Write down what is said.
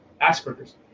Asperger's